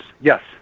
yes